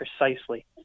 precisely